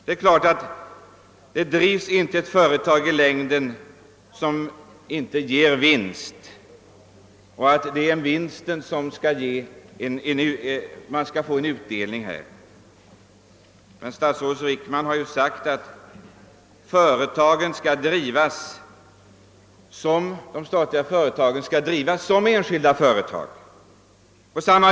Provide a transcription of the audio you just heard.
Det är klart att ett företag inte drivs i längden om det inte ger vinst, och det är på vinsten som utdelningen bygger, men statsrådet Wickman har sagt att de statliga företagen skall drivas på samma villkor som enskilda företag.